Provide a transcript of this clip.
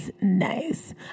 nice